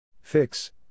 Fix